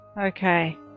Okay